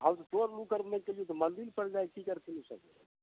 मनदिरपर जाइ छी कखन